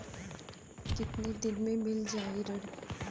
कितना दिन में मील जाई ऋण?